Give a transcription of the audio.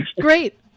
Great